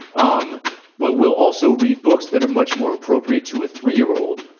um but we'll also read books that are much more appropriate to a three year old.